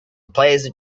pleasant